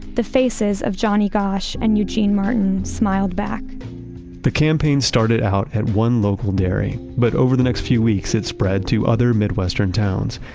the faces of johnny gosch and eugene martin smiled back the campaign started out at one local dairy, but over the next few weeks it spread to other midwestern towns.